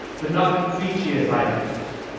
but not three cheers either.